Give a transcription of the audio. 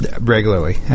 Regularly